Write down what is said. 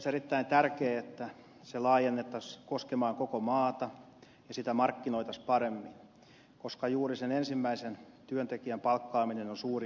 olisi erittäin tärkeätä että se laajennettaisiin koskemaan koko maata ja sitä markkinoitaisiin paremmin koska juuri sen ensimmäisen työntekijän palkkaamiseen on suurin kynnys